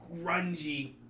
grungy